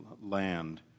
land